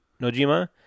Nojima